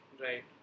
Right